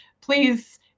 please